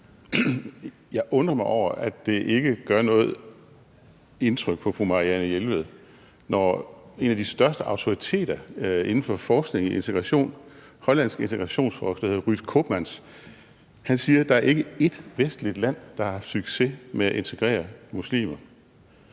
Jeg undrer mig over, at det ikke gør noget indtryk på fru Marianne Jelved, når en af de største autoriteter inden for forskning i integration, den hollandske integrationsforsker, der hedder Ruud Koopmans, siger, at der ikke er et eneste vestligt land, der har haft succes med at integrere muslimer,